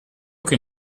che